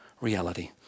reality